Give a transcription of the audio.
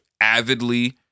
avidly